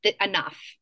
enough